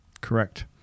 Correct